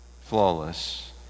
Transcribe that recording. flawless